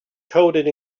coded